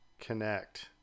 connect